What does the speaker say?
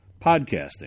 podcasting